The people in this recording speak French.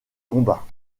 combat